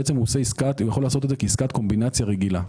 בעצם עושה עסקת קומבינציה רגילה.